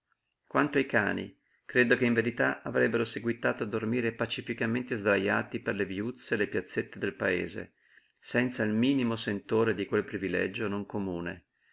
quanto ai cani credo che in verità avrebbero seguitato a dormire pacificamente sdrajati per le viuzze e le piazzette del paese senza il minimo sentore di quel privilegio non comune